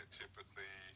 typically